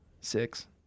Six